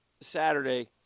Saturday